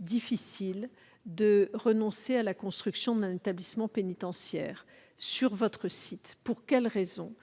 difficile de renoncer à la construction d'un établissement pénitentiaire sur votre site. Pour quelle raison ?